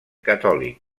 catòlic